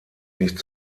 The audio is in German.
nicht